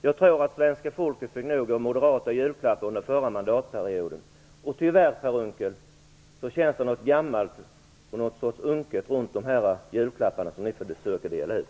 Jag tror att svenska folket fick nog av moderata julklappar under den förra mandatperioden. Och tyvärr, Per Unckel, känns det gammalt och unket kring de julklappar som ni försöker att dela ut.